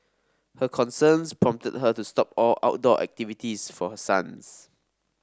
her concerns prompted her to stop all outdoor activities for her sons